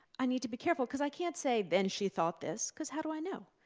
i need to be careful cause i can't say then she thought this, cause how do i know?